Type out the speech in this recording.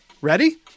Ready